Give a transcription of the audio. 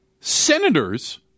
senators